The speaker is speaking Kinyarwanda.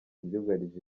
byugarije